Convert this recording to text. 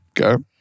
Okay